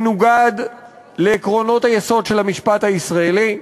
מנוגד לעקרונות היסוד של המשפט הישראלי,